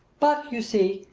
but, you see,